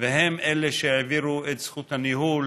והם שהעבירו את זכות הניהול